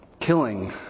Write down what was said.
Killing